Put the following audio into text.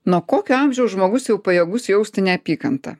nuo kokio amžiaus žmogus jau pajėgus jausti neapykantą